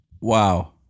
Wow